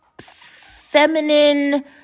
feminine